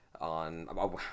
on